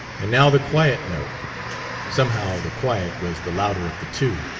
and now the quiet note somehow the quiet was the louder of the two.